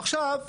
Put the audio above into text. עכשיו,